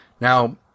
now